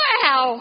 Wow